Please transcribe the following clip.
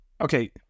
okay